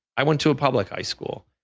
i went to a public high school.